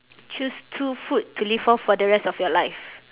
choose two food to live off for the rest of your life